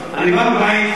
אני בא מבית,